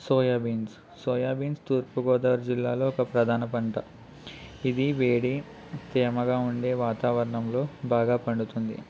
soybeans soybeans Turpu Godavari జిల్లాలో ఒక ప్రధాన పంట ఇది వేడి తేమగా ఉండే వాతావరణంలో బాగా పండుతుంది